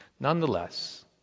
Nonetheless